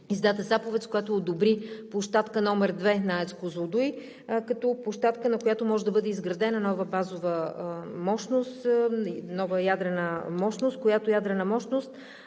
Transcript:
издаде заповед, с която одобри Площадка № 2 на АЕЦ „Козлодуй“ като площадка, на която може да бъде изградена нова базова мощност, нова ядрена мощност, която отговаря на